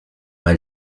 mal